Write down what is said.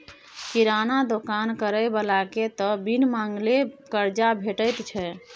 किराना दोकान करय बलाकेँ त बिन मांगले करजा भेटैत छै